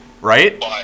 Right